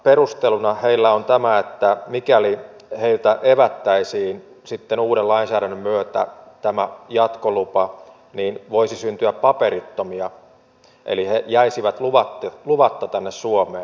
perusteluna heillä on tämä että mikäli heiltä evättäisiin sitten uuden lainsäädännön myötä tämä jatkolupa voisi syntyä paperittomia eli he jäisivät luvatta tänne suomeen